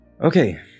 Okay